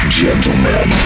gentlemen